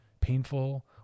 painful